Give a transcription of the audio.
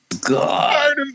God